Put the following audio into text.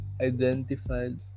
identified